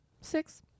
six